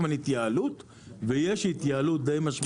על התייעלות ויש התייעלות די משמעותית.